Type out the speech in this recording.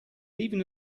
even